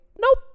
nope